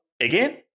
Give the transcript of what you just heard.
Again